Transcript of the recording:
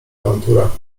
awantura